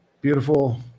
beautiful